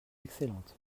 excellente